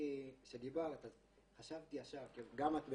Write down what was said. כשדיברת חשבתי ישר, גם את בנתניה,